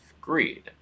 greed